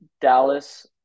Dallas